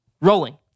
rolling